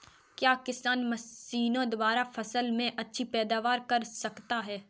क्या किसान मशीनों द्वारा फसल में अच्छी पैदावार कर सकता है?